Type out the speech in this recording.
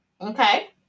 Okay